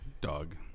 dog